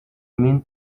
mean